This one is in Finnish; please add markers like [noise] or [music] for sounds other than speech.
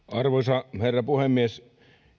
[unintelligible] arvoisa herra puhemies